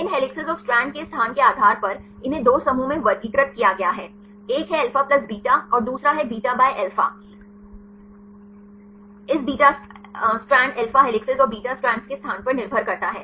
इन helices और strands के स्थान के आधार पर इन्हें 2 समूहों में वर्गीकृत किया गया है एक है अल्फा प्लस बीटा और दूसरा है बीटा बाय अल्फा इस बीटा स्ट्रैंड अल्फा हेलिसेस और बीटा स्ट्रैंड्स के स्थान पर निर्भर करता है